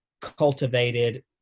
cultivated